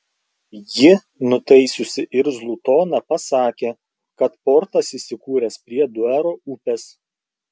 ji nutaisiusi irzlų toną pasakė kad portas įsikūręs prie duero upės